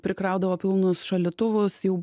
prikraudavo pilnus šaldytuvus jau